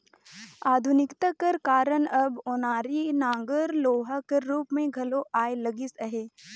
आधुनिकता कर कारन अब ओनारी नांगर लोहा कर रूप मे घलो आए लगिस अहे